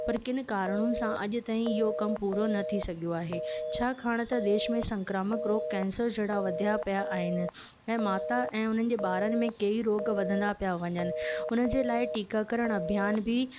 पर किन कारण सां अॼु ताईं इहो कमु पुरो न थिए सघियो आहे छाकाणि त देश में संक्रामक रोग कैंसर जहिड़ा वधिया पिया आहिनि ऐं माता ऐं उन्हनि जे बारे में कई रोग वधंदा पिया वञनि उन जे लाइ टीकाकरण अभियान बि